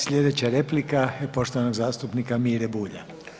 Sljedeća replika, poštovanog zastupnika Mire Bulja.